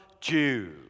Jews